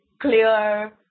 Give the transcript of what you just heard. clear